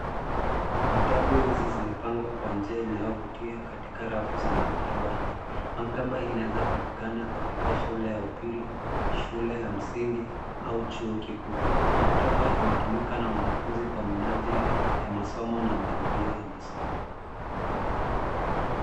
Vitabu hizi zimepangwa kwa njia inayovutia katika rafu za maktaba hii. Maktaba hii inaeza kupatikana katika shule ya upili, shule ya msingi au chuo kikuu. Maktaba inatumika na wanafunzi kwa minajili ya masomo na marundio ya masomo.